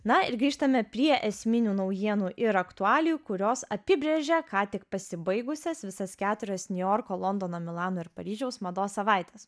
na ir grįžtame prie esminių naujienų ir aktualijų kurios apibrėžė ką tik pasibaigusias visas keturias niujorko londono milano ir paryžiaus mados savaites